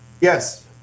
yes